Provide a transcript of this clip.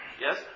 Yes